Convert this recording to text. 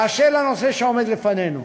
באשר לנושא שעומד לפנינו,